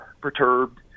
perturbed